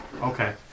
okay